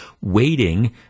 waiting